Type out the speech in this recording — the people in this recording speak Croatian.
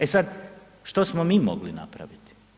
E sad, što smo mi mogli napraviti?